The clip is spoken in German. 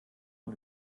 und